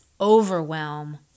overwhelm